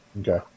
Okay